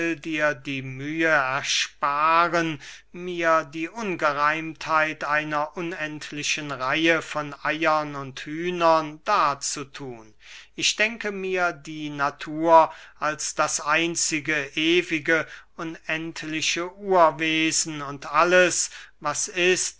dir die mühe ersparen mir die ungereimtheit einer unendlichen reihe von eiern und hühnern darzuthun ich denke mir die natur als das einzige ewige unendliche urwesen und alles was ist